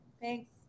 Thanks